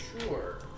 Sure